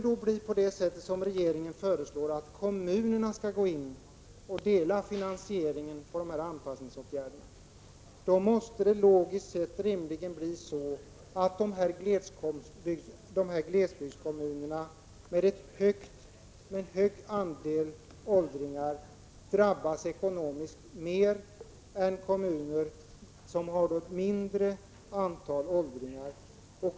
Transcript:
Skall då, som regeringen föreslår, kommunerna vara med och dela finansieringen av anpassningsåtgärderna, då måste rimligen glesbygdskommunerna med en stor andel åldringar drabbas ekonomiskt mer än kommuner som har ett mindre antal åldringar.